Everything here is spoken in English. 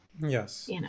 Yes